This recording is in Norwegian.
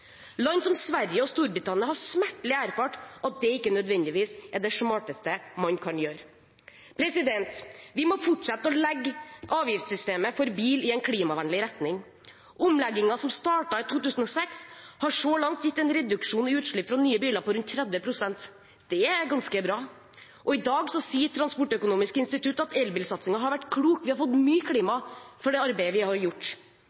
Land som Sverige og Storbritannia har smertelig erfart at det ikke nødvendigvis er det smarteste man kan gjøre. Vi må fortsette å legge avgiftssystemet for bil i en klimavennlig retning. Omleggingen som startet i 2006, har så langt gitt en reduksjon i utslipp fra nye biler på rundt 30 pst. Det er ganske bra. I dag sier Transportøkonomisk institutt at elbilsatsingen har vært klok. Vi har fått mye klima for det arbeidet vi har gjort.